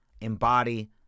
embody